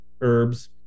herbs